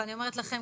ואני אומרת לכם,